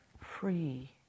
free